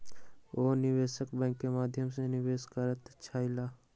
ओ निवेशक बैंक के माध्यम सॅ निवेश करैत छलाह